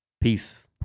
peace